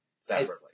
Separately